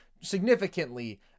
significantly